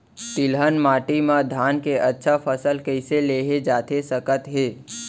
तिलहन माटी मा धान के अच्छा फसल कइसे लेहे जाथे सकत हे?